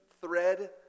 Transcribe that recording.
thread